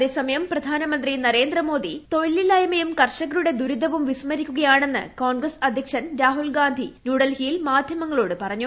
അതേസമയം പ്രധാ നമന്ത്രി നരേന്ദ്രമോദി തൊഴിലില്ലായ്മയും കർഷകരുടെ ദുരിതവും വിസ്മരിക്കുകയാണെന്ന് കോൺഗ്രസ്സ് അധ്യക്ഷൻ രാഹുൽഗാന്ധി ന്യൂഡൽഹിയിൽ മാധ്യമങ്ങളോട് പറഞ്ഞു